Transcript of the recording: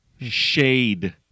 Shade